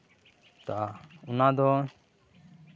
ᱚᱱᱟ ᱫᱚ